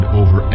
over